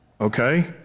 Okay